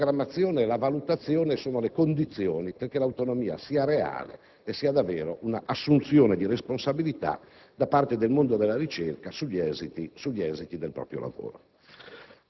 E la programmazione e la valutazione sono le condizioni perché l'autonomia sia reale e sia davvero un'assunzione di responsabilità da parte del mondo della ricerca sugli esiti del proprio lavoro.